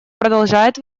продолжает